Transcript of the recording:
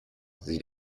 sieht